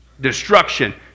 destruction